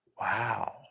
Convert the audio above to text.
Wow